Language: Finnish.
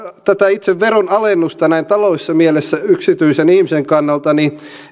tätä itse veronalennusta näin taloudellisessa mielessä yksityisen ihmisen kannalta niin